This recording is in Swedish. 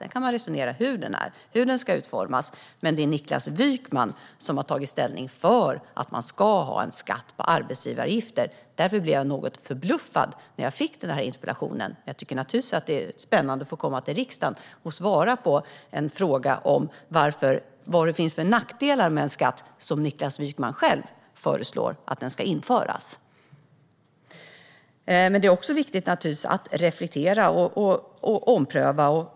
Sedan kan man resonera om hur den ska utformas. Men det är Niklas Wykman som har tagit ställning för att man ska ha en skatt på arbetsgivaravgifter. Därför blev jag något förbluffad när jag fick denna interpellation. Jag tycker naturligtvis att det är spännande att få komma till riksdagen och svara på en fråga om vad det finns för nackdelar med en skatt som Niklas Wykman själv föreslår ska införas. Det är naturligtvis också viktigt att reflektera och ompröva.